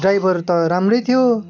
driver त राम्रै थियो